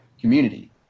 community